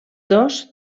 dos